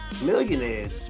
millionaires